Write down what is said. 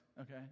okay